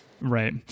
Right